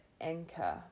anchor